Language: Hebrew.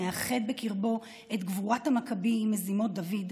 המאחד בקרבו את גבורת המכבי עם מזימות דוד,